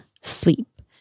sleep